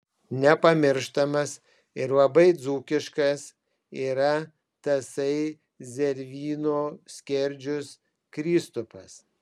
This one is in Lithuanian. nepamirštamas ir labai dzūkiškas yra tasai zervynų skerdžius kristupas